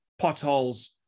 potholes